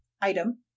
Item